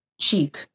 cheap